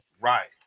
right